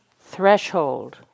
threshold